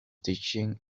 teaching